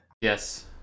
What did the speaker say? Yes